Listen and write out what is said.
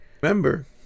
remember